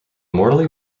mortally